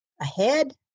Ahead